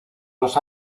los